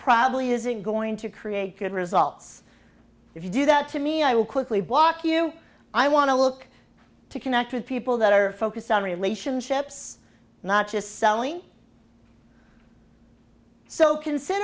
probably isn't going to create good results if you do that to me i will quickly block you i want to look to connect with people that are focused on relationships not just selling so consider